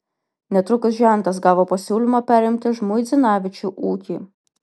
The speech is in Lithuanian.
netrukus žentas gavo pasiūlymą perimti žmuidzinavičių ūkį